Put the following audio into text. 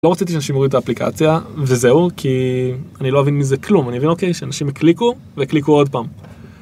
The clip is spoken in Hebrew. לא רציתי שאנשים יראו את האפליקציה, וזהו, כי אני לא אבין מזה כלום. אני אבין, אוקיי, שאנשים הקליקו, והקליקו עוד פעם.